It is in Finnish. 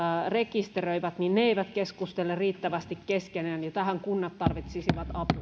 rekisteröivät eivät keskustele riittävästi keskenään ja tähän kunnat tarvitsisivat